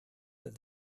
that